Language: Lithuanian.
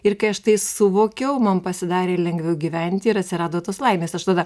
ir kai aš tai suvokiau man pasidarė lengviau gyventi ir atsirado tos laimės aš tada